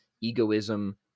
egoism